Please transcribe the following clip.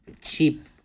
cheap